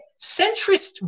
Centrist